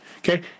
Okay